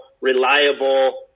reliable